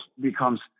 becomes